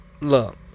look